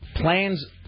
Plans